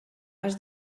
has